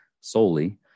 solely